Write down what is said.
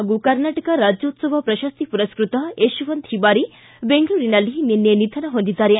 ಕಲಾವಿದ ಹಾಗೂ ಕರ್ನಾಟಕ ರಾಜ್ಯೋತ್ಸವ ಪ್ರಶಸ್ತಿ ಮರಸ್ನತ ಯಶವಂತ ಹಿಬಾರಿ ಬೆಂಗಳೂರಿನಲ್ಲಿ ನಿನ್ನೆ ನಿಧನ ಹೊಂದಿದ್ದಾರೆ